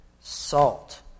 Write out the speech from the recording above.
salt